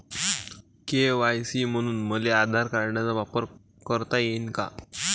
KYC म्हनून मले आधार कार्डाचा वापर करता येईन का?